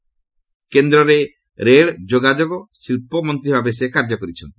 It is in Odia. ସେ କେନ୍ଦ୍ରରେ ରେଳ ଯୋଗାଯୋଗ ଓ ଶିଳ୍ପ ମନ୍ତ୍ରୀ ଭାବେ କାର୍ଯ୍ୟ କରିଛନ୍ତି